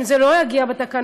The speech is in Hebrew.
אם זה לא יגיע בתקנות,